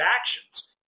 actions